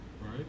right